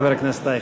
חבר הכנסת אייכלר.